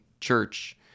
church